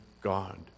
God